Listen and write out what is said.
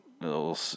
little